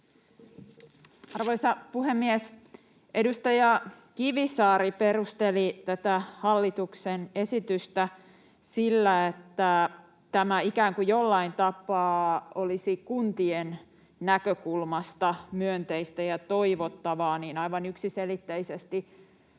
Arvoisa puhemies! Edustaja Kivisaari perusteli tätä hallituksen esitystä sillä, että tämä ikään kuin jollain tapaa olisi kuntien näkökulmasta myönteistä ja toivottavaa: Aivan yksiselitteisesti valiokunnan